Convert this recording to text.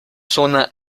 zona